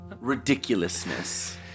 ridiculousness